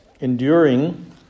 enduring